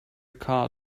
car